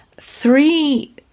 three